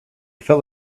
fell